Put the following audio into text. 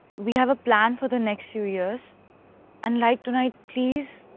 we have a plan for the next few years and like tonight, please,